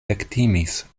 ektimis